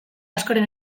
askoren